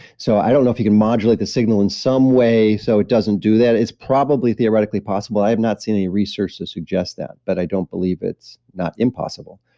so i don't know if you can modulate the signal in some way so it doesn't do that. it's probably theoretically possible. i have not seen any research to suggest that, but i don't believe it's not impossible.